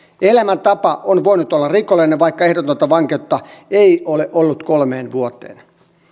elämäntapa on voinut olla rikollinen vaikka ehdotonta vankeutta ei ole ollut kolmeen vuoteen